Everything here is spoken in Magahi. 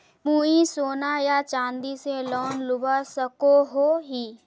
मुई सोना या चाँदी से लोन लुबा सकोहो ही?